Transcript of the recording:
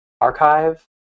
archive